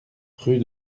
rue